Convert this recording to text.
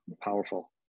powerful